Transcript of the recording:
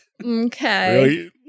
Okay